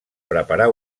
preparar